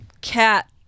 cat